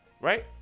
right